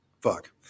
fuck